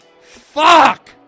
fuck